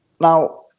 Now